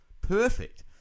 perfect